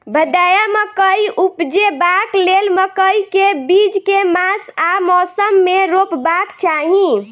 भदैया मकई उपजेबाक लेल मकई केँ बीज केँ मास आ मौसम मे रोपबाक चाहि?